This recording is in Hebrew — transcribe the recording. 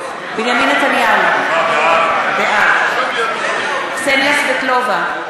נתניהו, בעד קסניה סבטלובה,